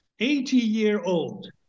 80-year-old